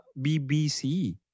BBC